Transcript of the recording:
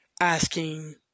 asking